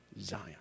Zion